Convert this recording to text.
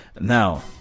Now